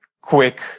quick